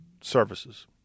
services